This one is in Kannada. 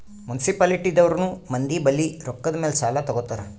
ಮುನ್ಸಿಪಾಲಿಟಿ ದವ್ರನು ಮಂದಿ ಬಲ್ಲಿ ರೊಕ್ಕಾದ್ ಮ್ಯಾಲ್ ಸಾಲಾ ತಗೋತಾರ್